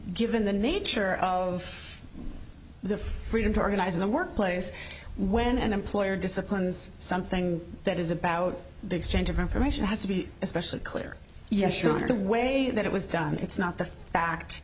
given the nature of the freedom to organize in the workplace when an employer disciplines something that is about the exchange of information has to be especially clear yes sure the way that it was done it's not the fact